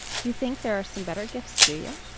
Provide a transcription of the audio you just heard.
you think there are some better gifts, do you?